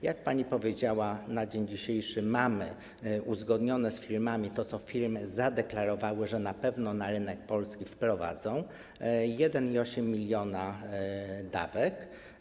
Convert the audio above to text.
Jak pani powiedziała, na dzień dzisiejszy mamy uzgodnione z firmami to, co firmy zadeklarowały, że na pewno na rynek Polski wprowadzą, czyli 1,8 mln dawek.